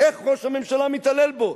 איך ראש הממשלה מתעלל בו.